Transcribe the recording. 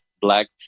black